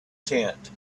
tent